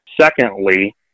Secondly